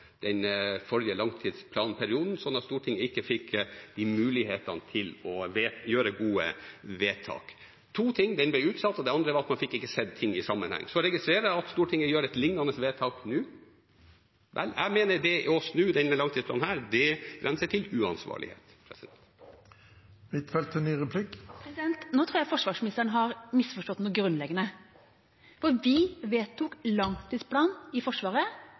den forrige langtidsplanperioden, slik at Stortinget ikke fikk mulighet til å gjøre gode vedtak. To ting: Den ble utsatt, og det andre var at man ikke fikk sett ting i sammenheng. Så registrerer jeg at Stortinget gjør et lignende vedtak nå. Jeg mener det å snu denne langtidsplanen er på grensen til det uansvarlige. Nå tror jeg forsvarsministeren har misforstått noe grunnleggende, for vi vedtok langtidsplanen for Forsvaret